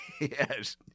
Yes